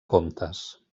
comptes